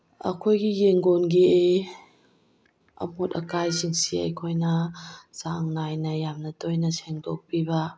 ꯑꯩꯈꯣꯏꯒꯤ ꯌꯦꯟꯒꯣꯟꯒꯤ ꯑꯃꯣꯠ ꯑꯀꯥꯏꯁꯤꯡꯁꯤ ꯑꯩꯈꯣꯏꯅ ꯆꯥꯡ ꯅꯥꯏꯅ ꯌꯥꯝꯅ ꯇꯣꯏꯅ ꯁꯦꯡꯗꯣꯛꯄꯤꯕ